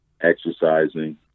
exercising